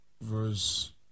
verse